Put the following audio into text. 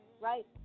right